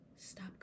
Stop